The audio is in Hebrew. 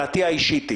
דעתי האישית היא